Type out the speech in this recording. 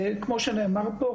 כמו שנאמר פה,